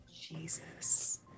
Jesus